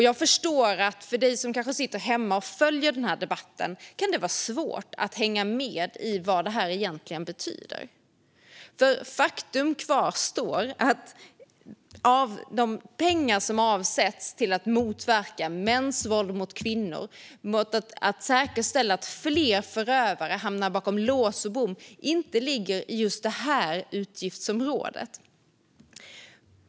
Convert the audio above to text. Jag förstår att för den som sitter hemma och följer den här debatten kan det vara svårt att hänga med i vad det egentligen betyder, men faktum kvarstår att de pengar som avsätts till att motverka mäns våld mot kvinnor och till att säkerställa att fler förövare hamnar bakom lås och bom inte ligger i just det här utgiftsområdet.